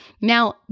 Now